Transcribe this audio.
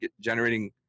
generating